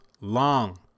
long